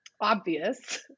obvious